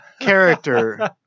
character